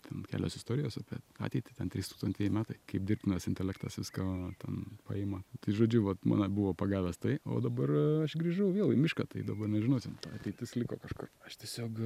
ten kelios istorijos apie ateitį ten trystūkstantieji metai kaip dirbtinas intelektas viską ten paima tai žodžiu vat mane buvo pagavęs tai o dabar aš grįžau vėl į mišką tai dabar nežinau ten ta ateitis liko kažkur aš tiesiog